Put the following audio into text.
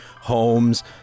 Homes